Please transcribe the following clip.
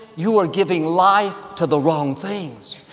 you are giving life to the wrong things.